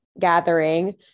gathering